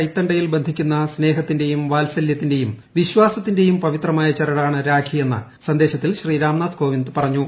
കൈത്തണ്ടയിൽ സ്നേഹത്തിന്റെയും വാത്സല്യത്തിന്റെയും വിശ്വാസത്തിന്റെയും പവിത്രമായ ചരടാണ് രാഖി എന്ന് സന്ദേശത്തിൽ ശ്രീ രാംനാഥ് കോവിന്ദ് പറഞ്ഞു